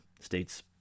states